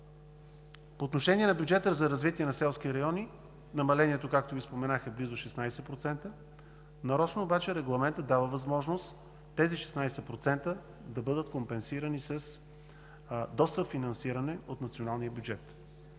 По отношение на бюджета за развитие на селските райони. Намалението, както Ви споменах, е близо 16% – нарочно обаче регламентът дава възможност тези 16% да бъдат компенсирани с досъфинансиране от националния бюджет.